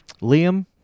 Liam